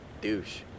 douche